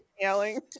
Yelling